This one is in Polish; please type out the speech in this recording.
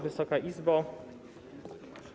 Wysoka Izbo!